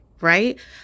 right